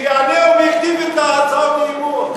שיענה אובייקטיבית על הצעות האי-אמון.